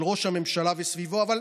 של ראש הממשלה וסביבו, אבל